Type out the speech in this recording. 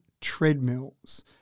treadmills